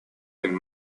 when